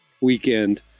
weekend